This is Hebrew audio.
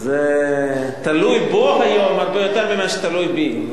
זה תלוי בו היום הרבה יותר ממה שתלוי בי.